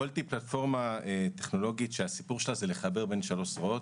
וולט היא פלטפורמה טכנולוגית שמחברת בין 3 זרועות: